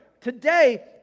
Today